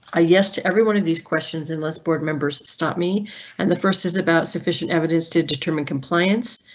ah yes to everyone of these questions and less board members stop me and the first is about sufficient evidence to determine compliance.